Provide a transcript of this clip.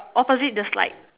opposite the slide